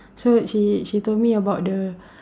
so she she told me about the